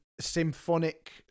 symphonic